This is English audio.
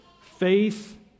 Faith